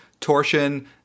torsion